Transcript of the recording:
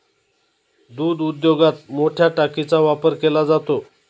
दूध उद्योगात मोठया टाकीचा वापर केला जातो